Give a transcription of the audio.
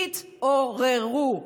תתעוררו.